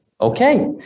okay